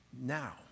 now